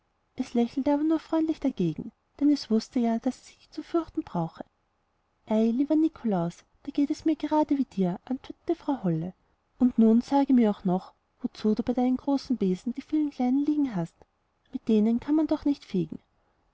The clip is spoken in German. es lächelte aber nur freundlich dagegen denn es wußte ja daß es sich nicht zu fürchten brauche ei lieber nikolaus da geht es mir grade wie dir antwortete frau holle und nun sage mir auch noch wozu du bei deinen großen besen die vielen kleinen liegen hast mit denen kann man doch nicht fegen